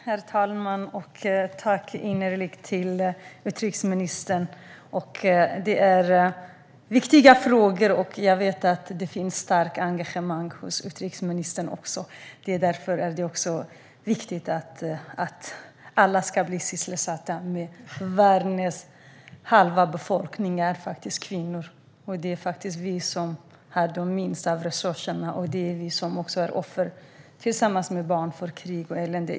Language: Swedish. Herr talman! Innerligt tack, utrikesministern! Det här är viktiga frågor, och jag vet att det finns ett starkt engagemang hos utrikesministern. Därför är det viktigt att alla blir sysselsatta med detta. Halva världens befolkning är faktiskt kvinnor. Det är vi som har minst av resurserna, och det är vi som tillsammans med barn är offer för krig och elände.